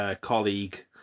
colleague